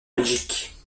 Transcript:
belgique